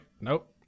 nope